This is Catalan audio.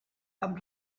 amb